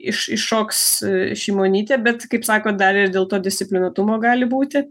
iš iššoks šimonytė bet kaip sako dar ir dėl to disciplinuotumo gali būti